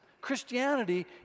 Christianity